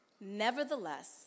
nevertheless